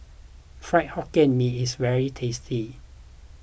Fried Hokkien Mee is very tasty